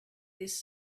this